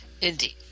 Indeed